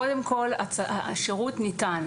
קודם כל, השירות ניתן.